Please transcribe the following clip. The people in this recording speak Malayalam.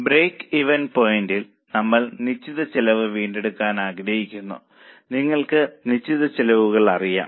ബ്രേക്ക്ഈവൻ പോയിന്റിൽ നമ്മൾ നിശ്ചിത ചെലവ് വീണ്ടെടുക്കാൻ ആഗ്രഹിക്കുന്നു നിങ്ങൾക്ക് നിശ്ചിത ചെലവുകൾ അറിയാം